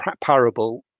parable